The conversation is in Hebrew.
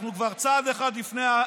אנחנו כבר צעד אחד לפני,